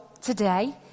today